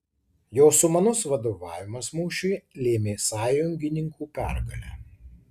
jo sumanus vadovavimas mūšiui lėmė sąjungininkų pergalę